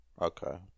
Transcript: Okay